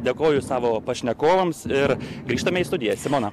dėkoju savo pašnekovams ir grįžtame į studiją simona